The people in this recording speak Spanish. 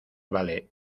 vale